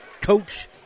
Coach